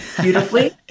beautifully